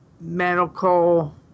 medical